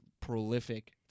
prolific